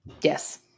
Yes